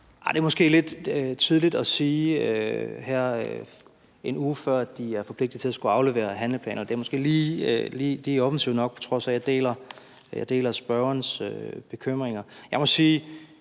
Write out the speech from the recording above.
Det er måske lidt tidligt at sige her, en uge før de er forpligtet til at skulle aflevere handleplaner. Det er måske lige offensivt nok, på trods af at jeg deler spørgerens bekymringer.